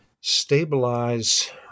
stabilize